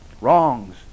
wrongs